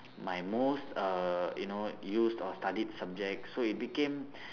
my most err you know used or studied subject so it became